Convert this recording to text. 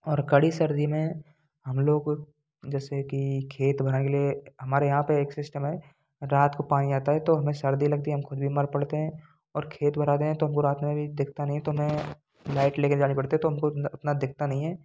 और कड़ी सर्दी में हम लोग जैसे की खेत बनाने के लिए हमारे यहाँ पर एक सिस्टम है रात को पानी आता है तो हमें सर्दी लगती है हम ख़ुद बीमार पड़ते हैं और खेत में रह गए तो हमको रात में भी दिखता नहीं है तो मैं लैट ले कर जानी पड़ती है तो हमको उतना उतना दिखता नहीं है